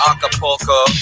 Acapulco